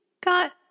got